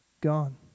Gone